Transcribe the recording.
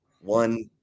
one